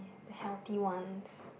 healthy ones